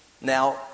Now